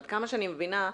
עד כמה שאני מבינה,